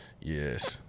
Yes